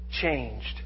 changed